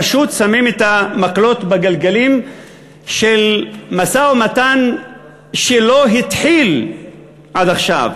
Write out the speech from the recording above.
פשוט שמים את המקלות בגלגלים של משא-ומתן שלא התחיל עד עכשיו,